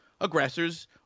aggressors